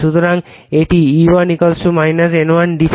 সুতরাং এটি E1 N1 d ∅ dt